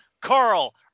carl